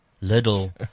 little